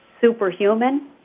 superhuman